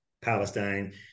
Palestine